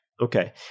Okay